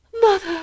mother